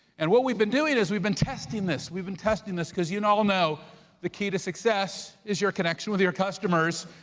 and what we've been doing is we've been testing this. we've been testing this cuz you and all know the key to success is your connection with your customers.